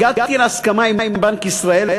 הגעתי להסכמה עם בנק ישראל,